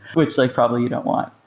which like probably you don't want.